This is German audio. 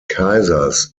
kaisers